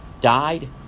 died